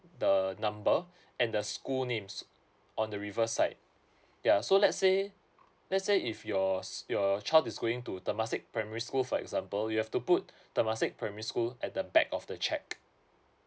the number and the school names on the reverse side ya so let's say let's say if yours your child is going to temasek primary school for example you have to put temasek primary school at the back of the cheque